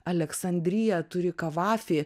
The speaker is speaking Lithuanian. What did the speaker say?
aleksandrija turi kavafį